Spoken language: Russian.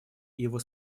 его